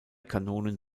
kanonen